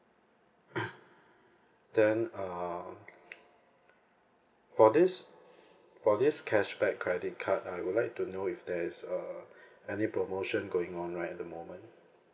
then uh for this for this cashback credit card I would like to know if there is uh any promotion going on right at the moment